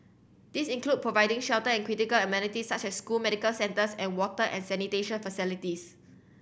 this include providing shelter and critical amenities such as school medical centres and water and sanitation facilities